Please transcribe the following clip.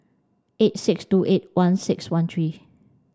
eight six two eight one six one three